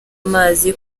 amazi